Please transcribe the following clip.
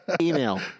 Email